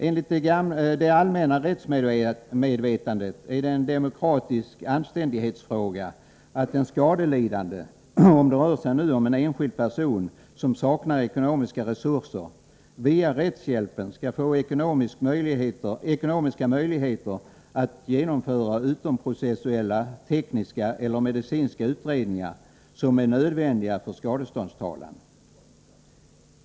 Enligt det allmänna rättsmedvetandet är det en demokratisk anständighetsfråga att den skadelidande, om det rör sig om en enskild person som saknar ekonomiska resurser, via rättshjälpen skall få ekonomiska möjligheter att genomföra utomprocessuella tekniska eller medicinska utredningar, som är nödvändiga för skadeståndstalan.